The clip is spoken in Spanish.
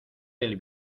del